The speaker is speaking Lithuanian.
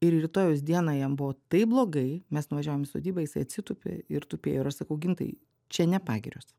ir rytojaus dieną jam buvo taip blogai mes nuvažiavom į sodybą jisai atsitūpė ir tupėjo ir aš sakau gintai čia ne pagirios